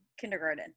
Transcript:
kindergarten